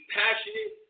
passionate